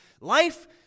Life